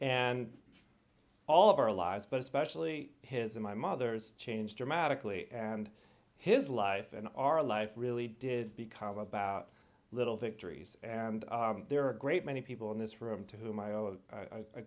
and all of our lives but especially his in my mother's changed dramatically and his life and our life really did become about little victories and there are a great many people in this room to whom i